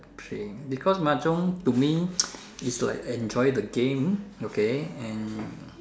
same because mahjong to me is like enjoy the game okay and